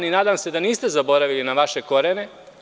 Nadam se da niste zaboravili na vaše korene.